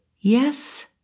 Yes